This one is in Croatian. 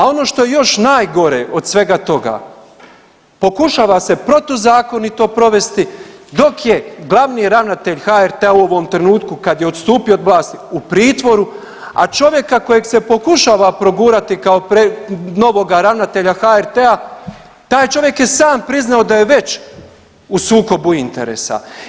A ono što je još najgore od svega toga, pokušava se protuzakonito provesti dok je glavni ravnatelj HRT-a u ovom trenutku od kada je odstupio od vlasti u pritvoru, a čovjeka kojeg se pokušava progurati kao novoga ravnatelja HRT-a taj čovjek je sam priznao da je već u sukobu interesa.